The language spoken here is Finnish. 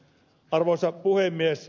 arvoisa puhemies